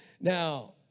Now